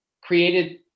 created